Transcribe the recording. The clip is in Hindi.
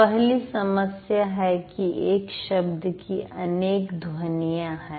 पहली समस्या है कि एक शब्द की अनेक ध्वनियां हैं